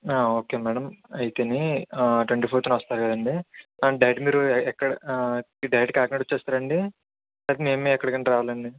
okay madam అయితేని twenty ఫోర్త్నా వస్తారుకదా అండీ డైరెక్ట్ మీరు ఎక్క డైరెక్ట్ కాకినాడ వచేస్తారా అండీ లేకపోతె మేమ్ నే ఎక్కడికైనా రావాలా అండీ